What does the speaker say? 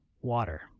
water